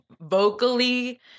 vocally